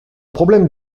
problème